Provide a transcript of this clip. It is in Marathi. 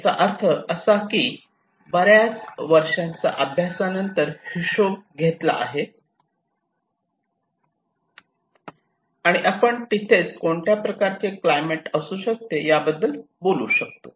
याचा अर्थ असा की बर्याच वर्षांचा अभ्यासानंतर हिशेब घेतला आहे आणि तिथेच आपण कोणत्या प्रकारचे क्लायमेट असू शकते याबद्दल बोलू शकतो